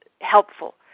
helpful